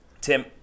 Tim